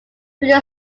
through